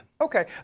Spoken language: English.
okay